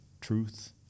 truth